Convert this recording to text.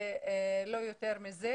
וגאה בזה,